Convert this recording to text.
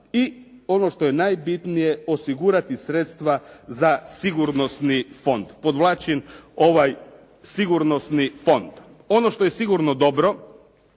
I ono što je najbitnije osigurati sredstva za sigurnosni fond. Podvlačim ovaj sigurnosni fond. Ono što je sigurno dobro